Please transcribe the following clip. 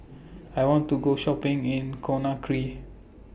I want to Go Shopping in Conakry